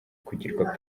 kugirwa